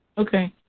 okay.